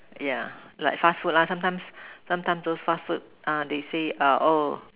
yeah like fast food lah sometimes sometimes those fast food ah they say ah oh